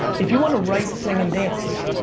if you want to write, sing and dance,